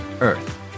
earth